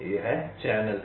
यह चैनल है